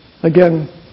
Again